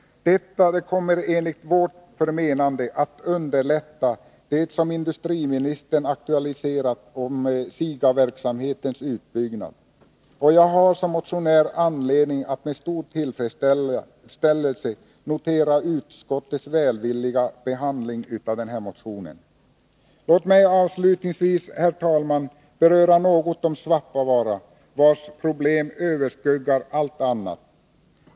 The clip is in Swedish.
Detta kommer, enligt vårt förmenande, att underlätta det som industriministern aktualiserat om SIGA-verksamhetens utbyggnad, och jag har som motionär anledning att med stor tillfredsställelse notera utskottets välvilliga behandling av denna motion. Låt mig avslutningsvis, herr talman, säga något om Svappavaara, vars problem överskuggar allt annat.